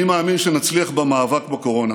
אני מאמין שנצליח במאבק בקורונה